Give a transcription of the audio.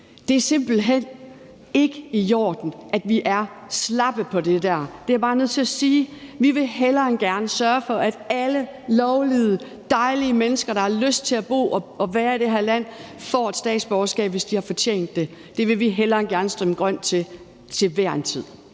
Det er simpelt hen ikke i orden, at vi er slappe på det punkt. Det er jeg bare nødt til at sige. Vi vil hellere end gerne sørge for, at alle lovlydige dejlige mennesker, der har lyst til at bo og være i det her land, får statsborgerskab, hvis de har fortjent det. Det vil vi hellere end gerne stemme grønt til til hver en tid.